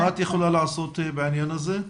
מה את יכולה לעשות בעניין הזה?